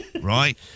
right